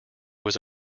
was